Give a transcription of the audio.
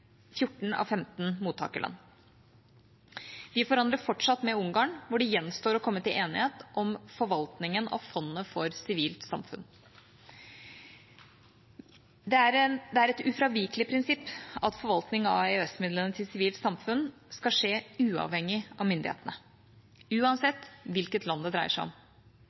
14 av 15 mottakerland. Vi forhandler fortsatt med Ungarn, hvor det gjenstår å komme til enighet om forvaltningen av fondet for sivilt samfunn. Det er et ufravikelig prinsipp at forvaltning av EØS-midlene til sivilt samfunn skal skje uavhengig av myndighetene – uansett hvilket land det dreier seg om.